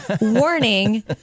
warning